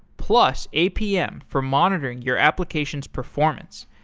plus, apm for monitoring your application's performance.